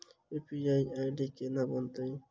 UPI ID केना बनतै?